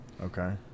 okay